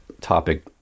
topic